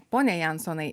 pone jansonai